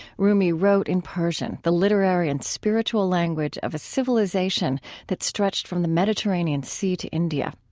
rumi wrote in persian, the literary and spiritual language of a civilization that stretched from the mediterranean sea to india.